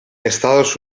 estados